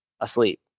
asleep